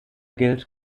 gilt